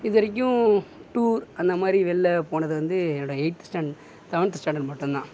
இதுவரைக்கும் டூர் அந்தமாதிரி வெளிள போனது வந்து என்னோட எய்த் ஸ்டாண்டர்ட் செவன்த் ஸ்டாண்டார்ட் மட்டுந்தான்